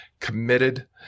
committed